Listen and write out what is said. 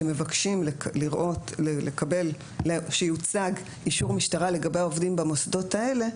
כשמבקשים שיוצג אישור משטרה לגבי העובדים במוסדות האלה,